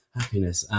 happiness